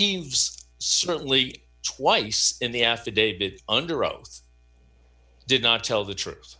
moves certainly twice and the affidavit under oath did not tell the truth